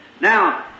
Now